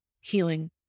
healing